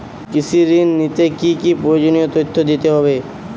কৃষি ঋণ নিতে কি কি প্রয়োজনীয় তথ্য দিতে হবে?